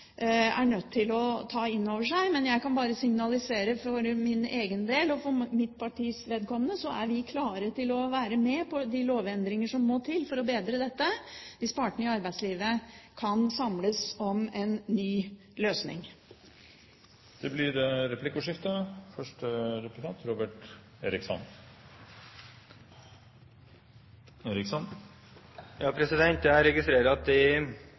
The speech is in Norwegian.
er nødt til å ta inn over seg. Jeg kan bare signalisere for min egen del og for mitt partis vedkommende at vi er klare til å være med på de lovendringer som må til for å bedre dette, hvis partene i arbeidslivet kan samles om en ny løsning. Det blir replikkordskifte. Jeg registrerer at flertallet i innledningen skriver at man betrakter pensjon som «utsatt lønn» ved at de